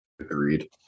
Agreed